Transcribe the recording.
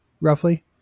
roughly